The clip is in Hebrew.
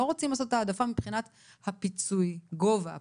רוצים לעשות כאן העדפה מבחינת גובה פיצוי.